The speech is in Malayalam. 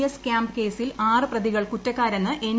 എസ് കൃാമ്പ് കേസിൽ ആറ് പ്രതികൾ കുറ്റക്കാരെന്ന് എൻ